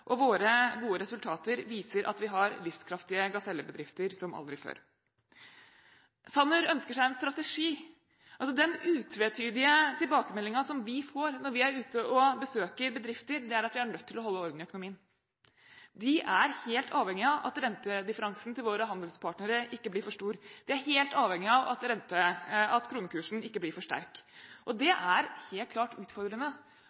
Våre gode resultater viser at vi har livskraftige gasellebedrifter som aldri før. Sanner ønsker seg en strategi. Den utvetydelige tilbakemeldingen som vi får når vi er ute og besøker bedrifter, er at vi er nødt til å holde orden i økonomien. De er helt avhengig av at rentedifferansen vil våre handelspartnere ikke blir for stor. De er helt avhengig av at kronekursen ikke blir for sterk.